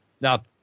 Now